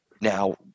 Now